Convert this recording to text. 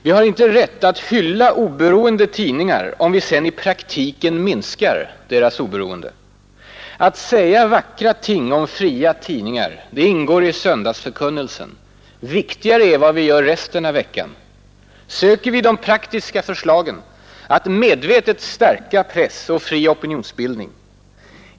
Vi har inte rätt att hylla oberoende tidningar om vi sen i praktiken minskar deras oberoende. Att säga vackra ting om fria tidningar ingår i söndagsförkunnelsen — viktigare är vad vi gör resten av veckan. Söker vi i de praktiska förslagen att medvetet stärka press och fri opinionsbildning?